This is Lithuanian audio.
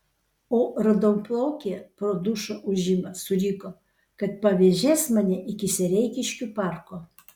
o raudonplaukė pro dušo ūžimą suriko kad pavėžės mane iki sereikiškių parko